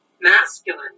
masculine